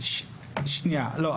לא.